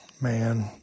Man